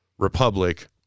republic